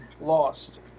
Lost